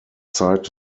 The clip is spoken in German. zeit